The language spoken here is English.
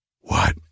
What